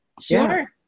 sure